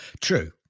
true